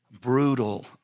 Brutal